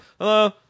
hello